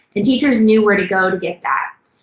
and teachers knew where to go to get that.